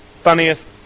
Funniest